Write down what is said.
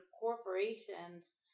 corporations